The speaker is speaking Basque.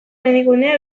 mendigunea